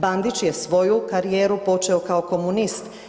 Bandić je svoju karijeru počeo kao komunist.